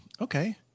okay